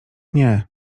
nie